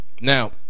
Now